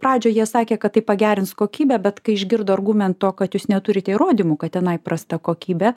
pradžioje sakė kad tai pagerins kokybę bet kai išgirdo argumento kad jūs neturite įrodymų kad tenai prasta kokybė